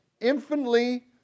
Infinitely